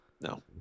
No